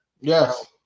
Yes